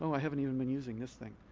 i haven't even been using this thing.